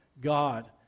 God